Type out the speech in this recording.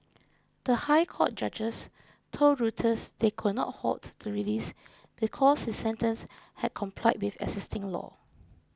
the High Court judges told Reuters they could not halt the release because his sentence had complied with existing law